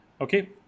Okay